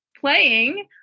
playing